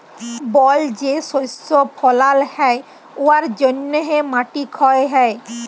বল যে শস্য ফলাল হ্যয় উয়ার জ্যনহে মাটি ক্ষয় হ্যয়